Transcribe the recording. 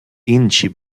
інші